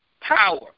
power